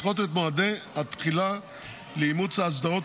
לדחות את מועדי התחילה לאימוץ האסדרות